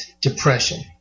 depression